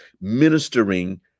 ministering